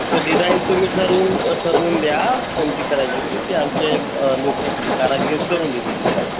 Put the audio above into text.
फक्त डिझाईन तुम्ही ठरवून ठरवून द्या कोणती करायची ती ते आमचे कारागिर करून देतील तुम्हाला